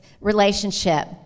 relationship